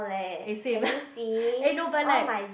eh same eh no but like